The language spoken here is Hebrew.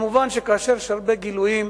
מובן שכאשר יש הרבה גילויים,